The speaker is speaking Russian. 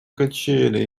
качели